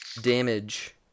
damage